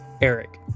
Eric